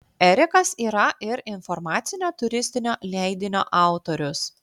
erikas yra ir informacinio turistinio leidinio autorius